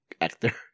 actor